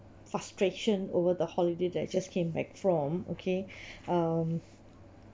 frustration over the holiday that I just came back from okay um